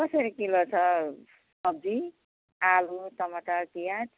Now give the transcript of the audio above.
कसरी किलो छ सब्जी आलु टमटर प्याज